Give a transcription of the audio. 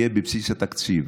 יהיה בבסיס התקציב.